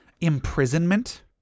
imprisonment